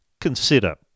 consider